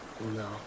No